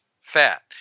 fat